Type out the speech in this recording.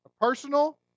personal